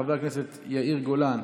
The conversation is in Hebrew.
חבר הכנסת יאיר גולן,